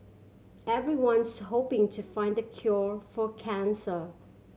everyone's hoping to find the cure for cancer